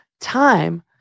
time